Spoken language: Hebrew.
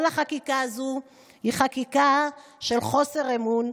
כל החקיקה הזו היא חקיקה של חוסר אמון.